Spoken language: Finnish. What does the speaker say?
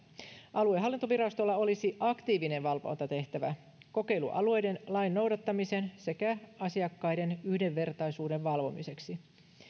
aluehallintovirastolla olisi aktiivinen valvontatehtävä kokeilualueiden lain noudattamisen sekä asiakkaiden yhdenvertaisuuden valvomiseksi